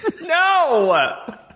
No